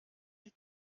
die